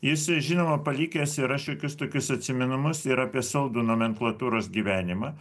jis žinoma palikęs yra šiokius tokius atsiminimus ir apie saldų nomenklatūros gyvenimą